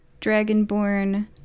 Dragonborn